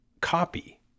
copy